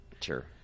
Sure